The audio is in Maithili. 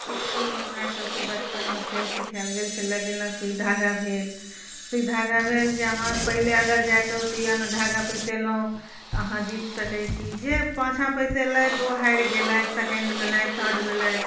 इस्कुलमे हमरासभके बचपनमे खेल सीखायल गेल छलै जेना सूइ धागा भेल सूइ धागा भेल जे अहाँ पहिने अगर जाके सुइयामे धागा पैसेलहुँ तऽ अहाँ जीत सकैत छी जे पाछाँ पैसेलथि ओ हारि गेलथि सकेंड भेलथि थर्ड भेलथि